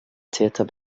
täter